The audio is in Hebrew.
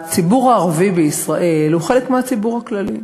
הציבור הערבי בישראל הוא חלק מהציבור הכללי,